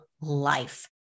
life